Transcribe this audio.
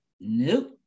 Nope